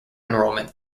enrollment